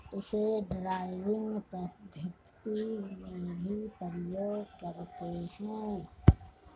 इसे ड्राइविंग पद्धति में भी प्रयोग करते हैं